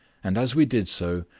and as we did so,